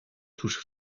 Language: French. touche